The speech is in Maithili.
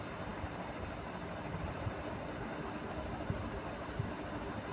लीवरेज के यूनाइटेड किंगडम आरो ऑस्ट्रलिया मे गियरिंग कहै छै